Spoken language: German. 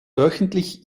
wöchentlich